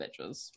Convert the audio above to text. bitches